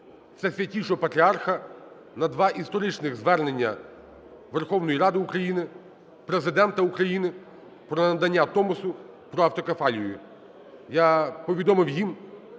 Всесвятішого патріарха на два історичних звернення Верховної Ради України, Президента України про надання Томосу про автокефалію. Я повідомив їм,